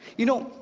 you know,